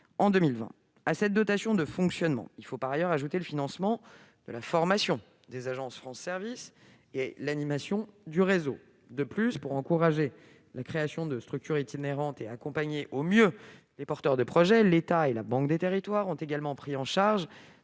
en 2020. À cette dotation de fonctionnement, il faut par ailleurs ajouter le financement de la formation des agents des maisons France Services et l'animation du réseau. De plus, pour encourager la création de structures itinérantes et accompagner au mieux les porteurs de projets, l'État et la Banque des territoires ont également pris en charge,